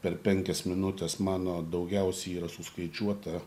per penkias minutes mano daugiausiai yra suskaičiuota